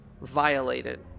Violated